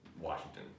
Washington